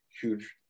huge